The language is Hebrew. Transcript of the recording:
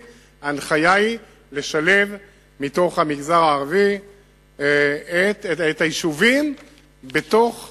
ההנחיה היא לשלב מתוך המגזר הערבי את היישובים בתוך